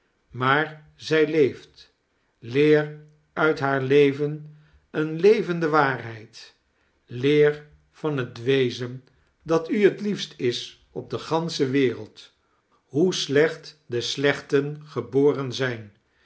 maar zij leeft leer nit haar leven eene levende waarbeid leer van het wezen dat u het liefst is op de gauaclie wereld hoe slecht de slechten gelx ren zijn